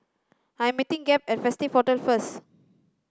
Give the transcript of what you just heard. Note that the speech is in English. I am meeting Gabe at Festive Hotel first